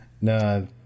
no